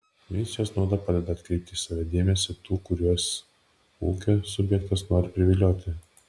misijos nauda padeda atkreipti į save dėmesį tų kuriuos ūkio subjektas nori privilioti